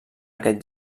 aquest